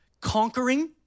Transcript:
conquering